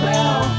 Bell